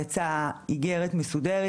יצאה איגרת מסודרת,